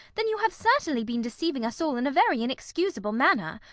then you have certainly been deceiving us all in a very inexcusable manner.